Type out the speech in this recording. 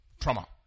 Trauma